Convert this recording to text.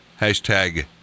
hashtag